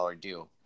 deal